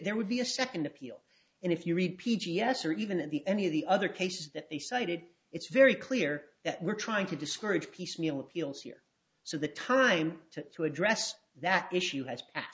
there would be a second appeal and if you read p d s or even in the any of the other cases that they cited it's very clear that we're trying to discourage piecemeal appeals here so the time to to address that issue has passed